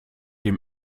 dem